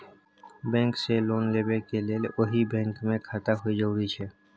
Bank से loan लेबै के लेल वही बैंक मे खाता होय जरुरी छै?